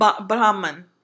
Brahman